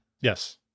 Yes